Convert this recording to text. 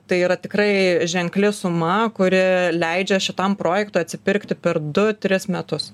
tai yra tikrai ženkli suma kuri leidžia šitam projektui atsipirkti per du tris metus